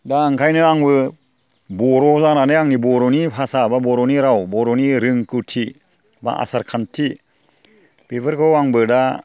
दा ओंखायनो आंबो बर' जानानै आंनि बर'नि भाषा एबा बर'नि राव बर'नि रोंगौथि एबा आसार खान्थि बेफोरखौ आंबो दा